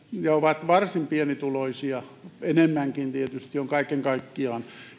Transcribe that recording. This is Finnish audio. ja ovat varsin pienituloisia enemmänkin tietysti on kaiken kaikkiaan